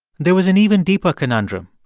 there was an even deeper conundrum.